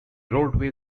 roadway